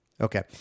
Okay